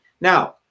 Now